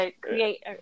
create